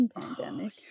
pandemic